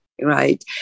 right